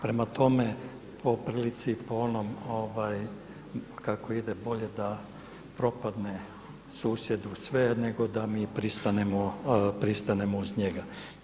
Prema tome, po prilici po onom kako ide „bolje da propadne susjedu sve, nego da mi pristanemo uz njega“